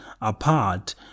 apart